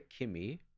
Kimmy